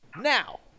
now